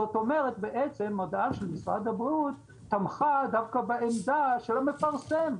זאת אומרת שמודעה של משרד הבריאות תמכה דווקא בעמדה של המפרסם,